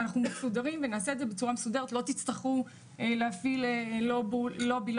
ומבטיחה פיצוי בלי הפעלת לובי.